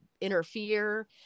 interfere